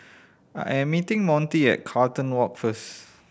I am meeting Montie at Carlton Walk first